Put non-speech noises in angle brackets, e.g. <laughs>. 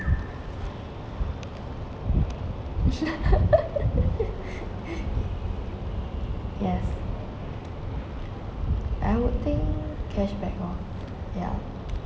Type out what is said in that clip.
<laughs> yes I would think cashback lor ya